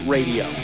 Radio